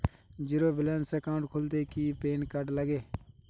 Zero balance account খুলতে কি PAN card লাগে?